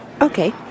Okay